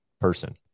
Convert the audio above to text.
person